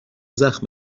زخم